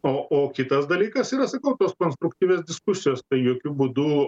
o o kitas dalykas yra sakau tos konstruktyvios diskusijos tai jokiu būdu